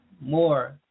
more